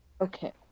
okay